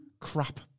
crap